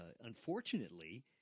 unfortunately